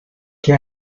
qué